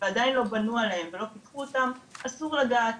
ועדיין לא בנו עליהם ולא פיתחו אותם אסור לגעת.